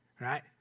right